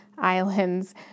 Islands